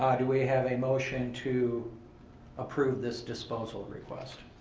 ah do we have a motion to approve this disposal request?